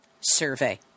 Survey